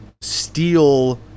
steal